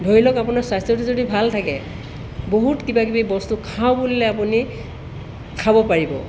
ধৰি লওক আপোনাৰ স্বাস্থ্যটো যদি ভাল থাকে বহুত কিবাকিবি বস্তু খাওঁ বুলিলে আপুনি খাব পাৰিব